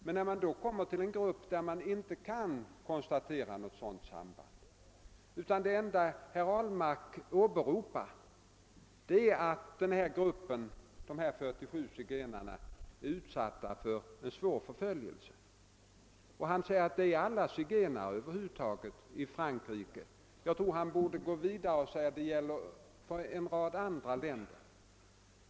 Det gäller emellertid nu en grupp där inget sådant samband kan konstateras. Det enda herr Ahlmark åberopar är att de 47 zigenarna är utsatta för svår förföljelse. Han säger att detta över huvud taget gäller alla zigenare i Frankrike. Han borde gå vidare och säga att det också gäller för en rad andra länder.